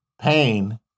pain